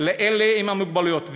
לאלה עם המוגבלויות.